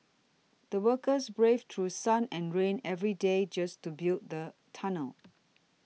the workers braved through sun and rain every day just to build the tunnel